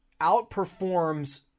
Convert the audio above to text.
outperforms